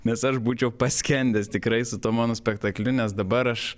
nes aš būčiau paskendęs tikrai su tuo mono spektakliu nes dabar aš